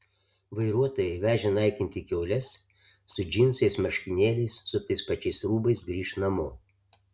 vairuotojai vežę naikinti kiaules su džinsais marškinėliais su tais pačiais rūbais grįš namo